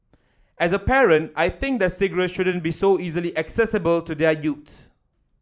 as a parent I think that cigarettes shouldn't be so easily accessible to their youths